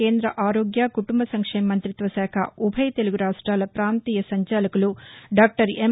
కేంద్ర ఆరోగ్య కుటుంబ సంక్షేమ మంతిత్వశాఖ ఉభయ తెలుగు రాష్టాల పాంతీయ సంచాలకులు డాక్లర్ ఎం